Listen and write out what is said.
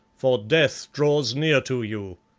for death draws near to you.